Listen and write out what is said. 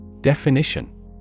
Definition